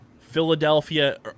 Philadelphia